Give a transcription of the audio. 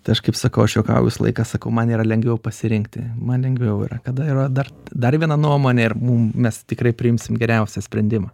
tai aš kaip sakau aš juokauju visą laiką sakau man yra lengviau pasirinkti man lengviau yra kada yra dar dar viena nuomonė ir mum mes tikrai priimsim geriausią sprendimą